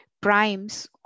primes